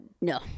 no